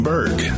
Berg